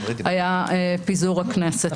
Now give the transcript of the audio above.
היה פיזור הכנסת